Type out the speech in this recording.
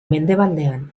mendebaldean